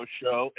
show